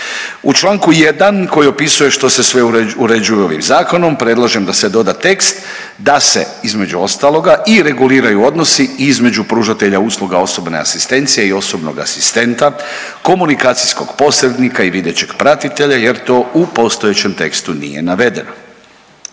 u čl. 1 koji opisuje što se sve uređuje ovim Zakonom, predlaže da se doda tekst da se, između ostaloga i reguliraju odnosi između pružatelja usluga osobne asistencije i osobnog asistenta, komunikacijskog posrednika i videćeg pratitelja jer to u postojećem tekstu nije navedeno.